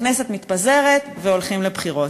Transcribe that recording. הכנסת מתפזרת והולכים לבחירות.